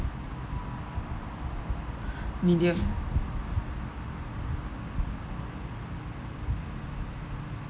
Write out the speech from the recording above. medium